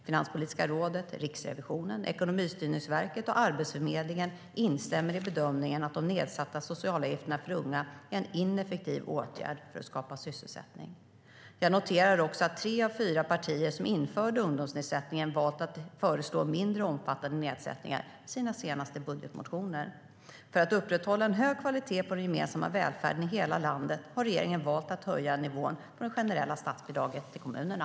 Finanspolitiska rådet, Riksrevisionen, Ekonomistyrningsverket och Arbetsförmedlingen instämmer i bedömningen att de nedsatta socialavgifterna för unga är en ineffektiv åtgärd för att skapa sysselsättning. Jag noterar också att tre av de fyra partier som införde ungdomsnedsättningen har valt att föreslå mindre omfattande nedsättningar i sina senaste budgetmotioner. För att upprätthålla en hög kvalitet på den gemensamma välfärden i hela landet har regeringen valt att höja nivån på det generella statsbidraget till kommunerna.